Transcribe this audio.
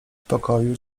pokoju